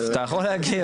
אתה יכול להגיב,